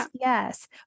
yes